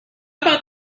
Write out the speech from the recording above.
about